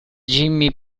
jimmy